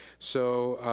so,